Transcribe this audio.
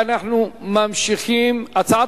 הצעת